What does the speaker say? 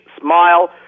smile